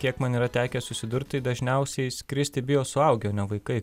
kiek man yra tekę susidurt tai dažniausiai skristi bijo suaugę o ne vaikai